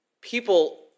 people